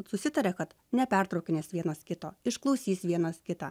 susitaria kad nepertraukinės vienas kito išklausys vienas kitą